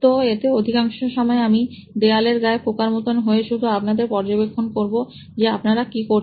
তো এতে অধিকাংশ সময় আমি দেওয়ালের গায়ের পোকার মতো হয়ে শুধু আপনাদের পর্যবেক্ষণ করবো যে আপনারা কি করছেন